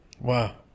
Wow